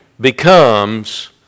becomes